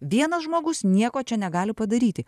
vienas žmogus nieko čia negali padaryti